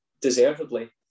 deservedly